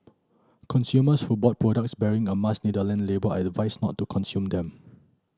consumers who bought products bearing a Mars Netherland label are advised not to consume them